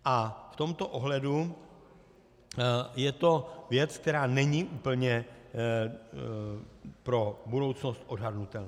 A v tomto ohledu je to věc, která není úplně pro budoucnost odhadnutelná.